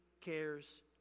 cares